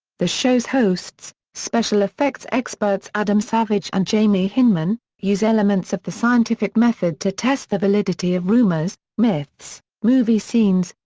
the show's hosts, special effects experts adam savage and jamie hyneman, use elements of the scientific method to test the validity of rumors, myths, movie scenes,